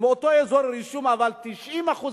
מאותו אזור רישום, אבל 90%,